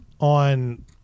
on